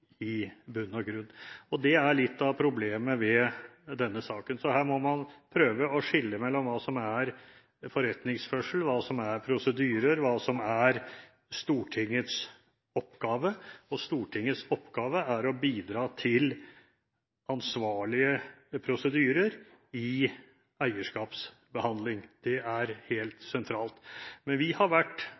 i bunn og grunn, og det er litt av problemet ved denne saken. Så her må man prøve å skille mellom hva som er forretningsførsel, hva som er prosedyrer, og hva som er Stortingets oppgave, og Stortingets oppgave er å bidra til ansvarlige prosedyrer i eierskapsbehandling. Det er helt sentralt. Vi har vært